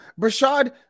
Brashad